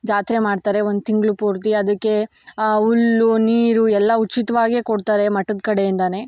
ಜಾತ್ರೆ ಮಾಡ್ತಾರೆ ಒಂದು ತಿಂಗ್ಳು ಪೂರ್ತಿ ಅದಕ್ಕೆ ಹುಲ್ಲು ನೀರು ಎಲ್ಲ ಉಚಿತವಾಗೇ ಕೊಡ್ತಾರೆ ಮಠದ ಕಡೆಯಿಂದ